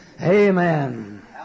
Amen